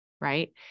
right